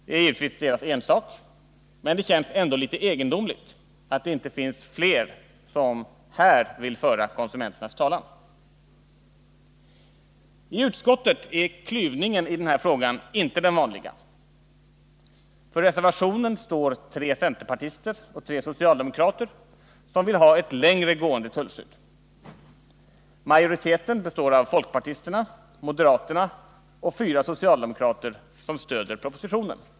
Det är givetvis deras ensak, men det känns ändå litet egendomligt att det inte finns fler som här vill föra konswmenternas talan. I utskottet är uppdelningen i den här frågan inte den vanliga. För reservationen står tre centerpartister och tre socialdemokrater, som vill ha ett längre gående tullskydd. Majoriteten, som stöder propositionen, består av folkpartisterna, moderaterna och fyra socialdemokrater.